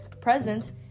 present